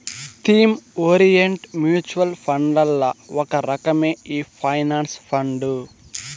theme oriented mutual ఫండ్లల్ల ఒక రకమే ఈ పెన్సన్ ఫండు